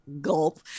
gulp